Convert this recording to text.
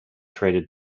traded